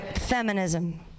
Feminism